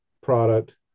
product